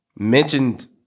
Mentioned